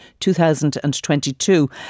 2022